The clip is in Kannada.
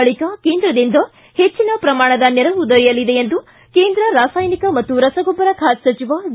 ಬಳಿಕ ಕೇಂದ್ರದಿಂದ ಹೆಚ್ಚನ ಪ್ರಮಾಣದ ನೆರವು ದೊರೆಯಲಿದೆ ಎಂದು ಕೇಂದ್ರ ರಾಸಾಯನಿಕ ಮತ್ತು ರಸಗೊಬ್ಬರ ಖಾತೆ ಸಚಿವ ಡಿ